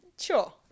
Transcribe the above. sure